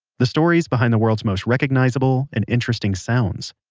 the stories behind the world's most recognizable and interesting sounds.